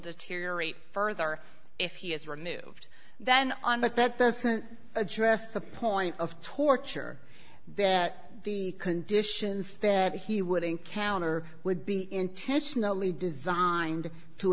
deteriorate further if he is removed then on but that doesn't address the point of torture that the conditions that he would encounter would be intentionally designed to